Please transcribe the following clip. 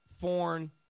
foreign